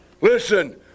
Listen